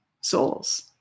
souls